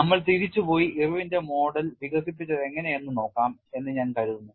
നമ്മൾ തിരിച്ചുപോയി ഇർവിന്റെ മോഡൽ Irwin's Model വികസിപ്പിച്ചതെങ്ങനെയെന്ന് നോക്കാം എന്ന് ഞാൻ കരുതുന്നു